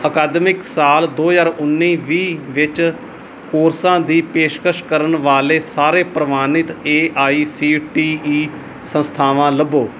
ਅਕਾਦਮਿਕ ਸਾਲ ਦੋ ਹਜ਼ਾਰ ਉੱਨੀ ਵੀਹ ਵਿੱਚ ਕੋਰਸਾਂ ਦੀ ਪੇਸ਼ਕਸ਼ ਕਰਨ ਵਾਲੇ ਸਾਰੇ ਪ੍ਰਵਾਨਿਤ A I C T E ਸੰਸਥਾਵਾਂ ਲੱਭੋ